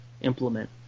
implement